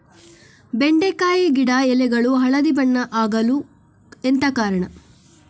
ಬೆಂಡೆಕಾಯಿ ಗಿಡ ಎಲೆಗಳು ಹಳದಿ ಬಣ್ಣದ ಆಗಲು ಎಂತ ಕಾರಣ?